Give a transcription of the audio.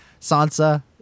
Sansa